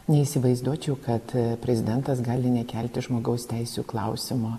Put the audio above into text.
neįsivaizduočiau kad prezidentas gali nekelti žmogaus teisių klausimo